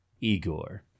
Igor